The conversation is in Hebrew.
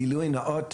גילוי נאות,